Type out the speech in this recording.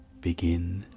begin